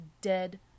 dead